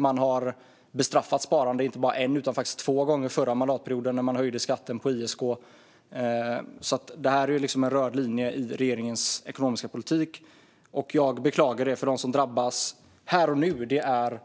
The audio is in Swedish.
Man har bestraffat sparande inte bara en utan faktiskt två gånger den förra mandatperioden när man höjde skatten på ISK. Det här är liksom en röd linje i regeringens ekonomiska politik. Jag beklagar det, för de som drabbas här och nu är